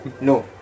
No